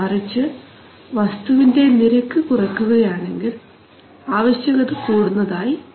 മറിച്ച് വസ്തുവിൻറെ നിരക്ക് കുറയുകയാണെങ്കിൽ ആവശ്യകത കൂടുന്നതായി കാണപ്പെടുന്നു